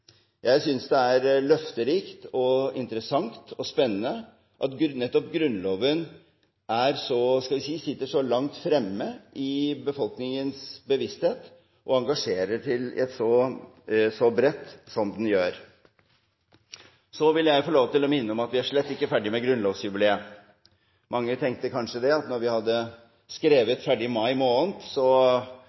Jeg synes det er løfterikt, interessant og spennende at nettopp Grunnloven sitter så langt fremme i befolkningens bevissthet og engasjerer så bredt som den gjør. Så vil jeg få lov til å minne om at vi slett ikke er ferdige med grunnlovsjubileet. Mange tenkte kanskje at når vi hadde skrevet ferdig mai måned, var det meste unnagjort. Dette har vært tidenes 17. mai, det er klart, men så